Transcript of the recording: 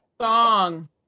song